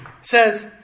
says